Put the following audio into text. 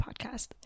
podcast